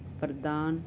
ਪ੍ਰਦਾਨ